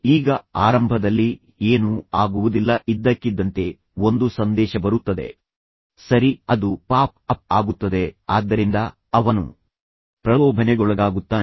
ಈಗ ಆರಂಭದಲ್ಲಿ ಏನೂ ಆಗುವುದಿಲ್ಲ ಇದ್ದಕ್ಕಿದ್ದಂತೆ ಒಂದು ಸಂದೇಶ ಬರುತ್ತದೆ ಸರಿ ಅದು ಪಾಪ್ ಅಪ್ ಆಗುತ್ತದೆ ಆದ್ದರಿಂದ ಅವನು ಪ್ರಲೋಭನೆಗೊಳಗಾಗುತ್ತಾನೆ